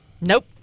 Nope